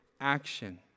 action